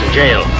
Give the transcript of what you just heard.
jail